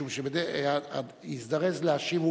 משום שהזדרז להשיב,